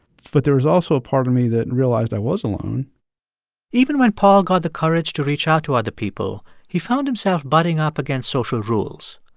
but there is also a part of me that and realized i was alone even when paul got the courage to reach out to other people, he found himself butting up against social rules.